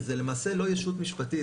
כי זה למעשה לא ישות משפטית,